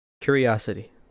Curiosity